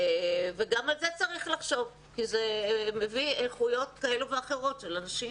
גם על זה צריך לחשוב כי זה מביא איכויות כאלו ואחרות של אנשים.